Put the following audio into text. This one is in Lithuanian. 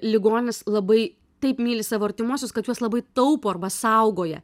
ligonis labai taip myli savo artimuosius kad juos labai taupo arba saugoja